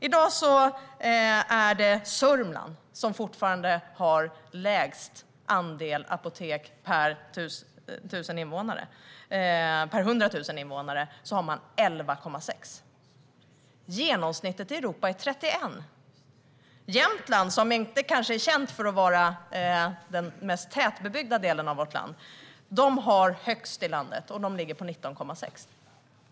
I dag är det Sörmland som har lägst andel apotek per 100 000 invånare - 11,6 stycken. Genomsnittet i Europa är 31 apotek per 100 000 invånare. Jämtland, som kanske inte är känt för att vara den mest tätbebyggda delen av vårt land, har högst andel i Sverige - 19,6.